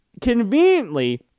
Conveniently